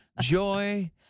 joy